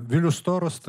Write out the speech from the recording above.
vilius storosta